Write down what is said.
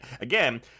again